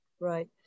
Right